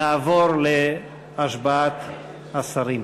נעבור להשבעת השרים.